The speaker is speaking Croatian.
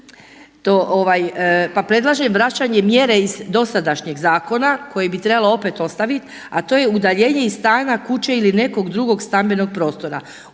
pa predlaže i vraćanje mjere iz dosadašnjeg zakona koje bi trebalo opet ostavit a to je udaljenje iz stana, kuće ili nekog drugog stambenog prostora.